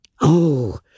Oh